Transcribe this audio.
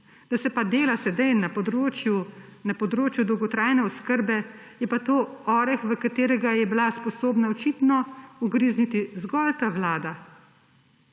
Da se pa dela zdaj na področju dolgotrajne oskrbe, je pa to oreh, v katerega je bila sposobna očitno ugrizniti zgolj ta vlada.